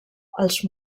els